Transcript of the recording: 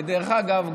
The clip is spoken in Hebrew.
ודרך אגב,